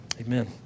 Amen